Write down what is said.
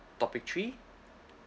topic three